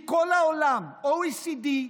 מכל העולם, OECD,